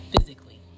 physically